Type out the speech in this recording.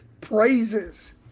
praises